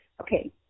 Okay